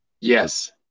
Yes